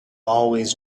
always